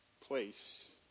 place